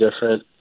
different